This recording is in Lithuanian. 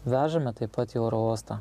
vežame taip pat į oro uostą